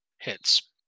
Hits